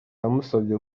yamusabye